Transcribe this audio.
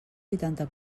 vuitanta